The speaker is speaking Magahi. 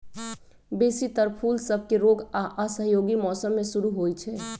बेशी तर फूल सभके रोग आऽ असहयोगी मौसम में शुरू होइ छइ